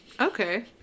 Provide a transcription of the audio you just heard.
Okay